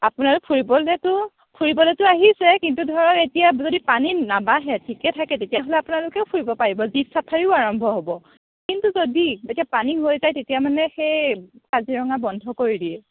আপোনালোক ফুৰিবলেতো ফুৰিবলেতো আহিছেই কিন্তু ধৰক যদি এতিয়া পানী নাবাঢ়ে ঠিকে থাকে তেতিয়াহ'লে আপোনালোকেও ফুৰিব পাৰিব জীপ চাফাৰীও আৰম্ভ হ'ব কিন্তু যদি এতিয়া পানী হৈ যায় তেতিয়া মানে সেই কাজিৰঙা বন্ধ কৰি দিয়ে